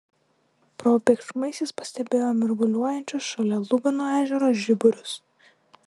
probėgšmais jis pastebėjo mirguliuojančius šalia lugano ežero žiburius